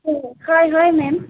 অঁ হয় হয় মেম